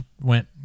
went